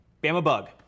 Bam-a-bug